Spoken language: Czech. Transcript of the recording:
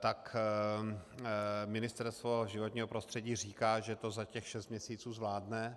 tak Ministerstvo životního prostředí říká, že to za těch šest měsíců zvládne.